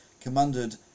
commanded